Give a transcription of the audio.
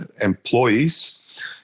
employees